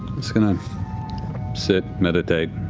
i'm just going to sit. meditate.